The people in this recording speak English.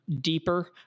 deeper